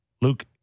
Luke